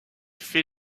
fait